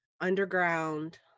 Underground